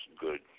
good